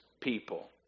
people